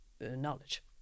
knowledge